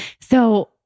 So-